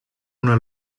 una